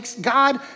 God